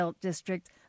district